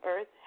earth